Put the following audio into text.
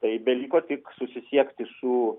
tai beliko tik susisiekti su